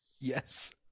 yes